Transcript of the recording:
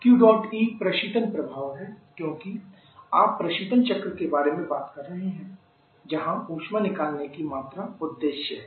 Q dot E प्रशीतन प्रभाव है क्योंकि आप प्रशीतन चक्र के बारे में बात कर रहे हैं जहां ऊष्मा निकालने की मात्रा उद्देश्य है